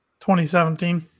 2017